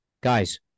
Guys